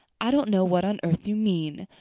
i don't know what on earth you mean.